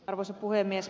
arvoisa puhemies